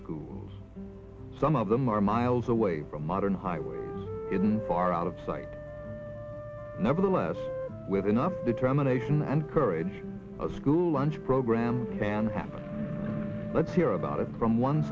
school some of them are miles away from modern highway in far out of sight nevertheless with enough determination and courage a school lunch program can happen let's hear about it from one